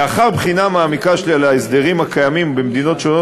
לאחר בחינה מעמיקה של ההסדרים הקיימים במדינות שונות